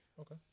Okay